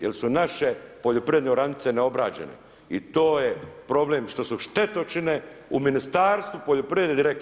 Jer su naše poljoprivredne oranice neobrađene i to je problem što su štetočine u Ministarstvu poljoprivrede direktno.